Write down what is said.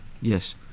Yes